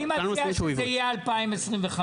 אני מציע שזה יהיה ב-2025.